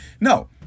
No